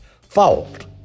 fault